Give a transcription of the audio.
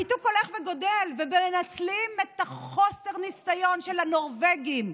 הניתוק הולך וגדל ומנצלים את חוסר הניסיון של הנורבגים.